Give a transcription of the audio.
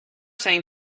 saying